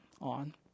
on